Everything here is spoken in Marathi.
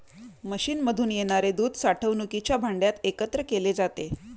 मशीनमधून येणारे दूध साठवणुकीच्या भांड्यात एकत्र केले जाते